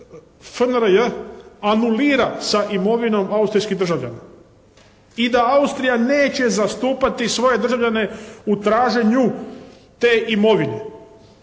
FNRJ anulira sa imovinom austrijskih državljana i da Austrija neće zastupati svoje državljane u traženju te imovine,